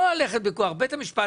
לא ללכת בכוח.